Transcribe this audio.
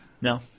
No